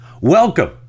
Welcome